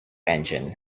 engine